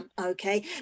okay